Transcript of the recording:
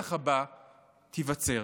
לרצח הבא, תיווצר.